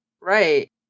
Right